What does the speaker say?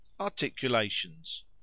Articulations